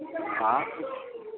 हाँ